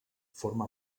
forma